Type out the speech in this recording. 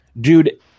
dude